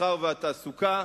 המסחר והתעסוקה,